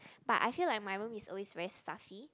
but I feel like my room is always very stuffy